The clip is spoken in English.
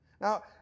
Now